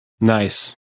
Nice